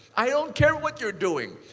i don't care what you're doing.